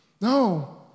No